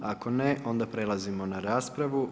Ako ne, onda prelazimo na raspravu.